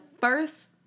first